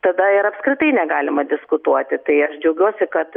tada ir apskritai negalima diskutuoti tai aš džiaugiuosi kad